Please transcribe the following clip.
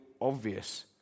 obvious